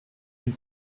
and